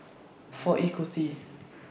four Ekuty